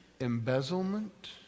embezzlement